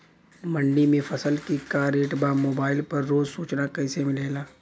मंडी में फसल के का रेट बा मोबाइल पर रोज सूचना कैसे मिलेला?